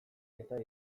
eta